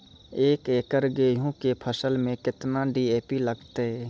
एक एकरऽ गेहूँ के फसल मे केतना डी.ए.पी लगतै?